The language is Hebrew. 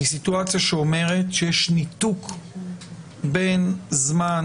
זאת סיטואציה שאומרת שיש ניתוק בין זמן